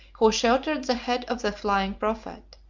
who sheltered the head of the flying prophet.